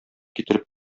китереп